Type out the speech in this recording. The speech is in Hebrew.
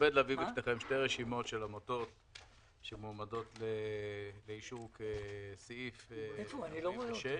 של עמותות שמועמדות לאישור לעניין סעיף 46,